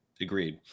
Agreed